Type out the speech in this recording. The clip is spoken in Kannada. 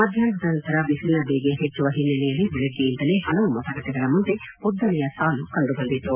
ಮಧ್ಯಾಹ್ನದ ಬಿಸಿಲಿನ ಬೇಗೆ ಹೆಚ್ಚುವ ಹಿನ್ನೆಲೆಯಲ್ಲಿ ಬೆಳಗ್ಗೆಯಿಂದಲೇ ಹಲವು ಮತಗಟ್ಟೆಗಳ ಮುಂದೆ ಉದ್ದನೆಯ ಸಾಲು ಕಂಡುಬಂದಿತು